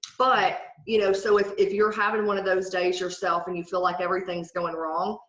but you know so if if you're having one of those days yourself and you feel like everything's going wrong,